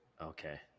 Okay